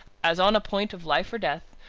as on a point of life or death,